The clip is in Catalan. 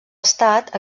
estat